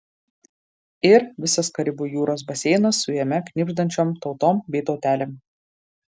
ir visas karibų jūros baseinas su jame knibždančiom tautom bei tautelėm